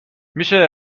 میشه